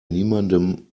niemandem